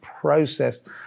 processed